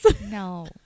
no